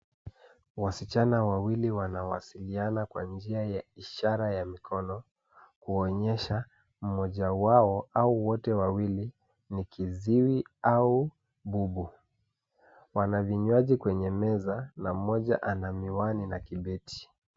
Wasichana wawili wanawasiliana kwa njia ya ishara ya mikono kuonyesha mmoja wao au wote wawili ni kiziwi au bubu. Wana vinywaji kwenye meza na mmoja ana miwani na kibeti.